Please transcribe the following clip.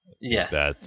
Yes